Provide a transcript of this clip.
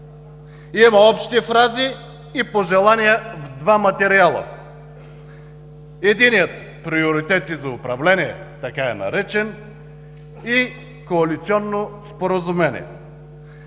Има общи фрази и пожелания в два материала. Единият – „Приоритети за управление“ – така е наречен, и коалиционно споразумение.